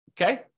okay